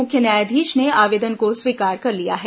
मुख्य न्यायाधीश ने आवेदन को स्वीकार कर लिया है